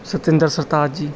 ਸਤਿੰਦਰ ਸਰਤਾਜ ਜੀ